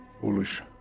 Foolish